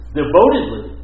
devotedly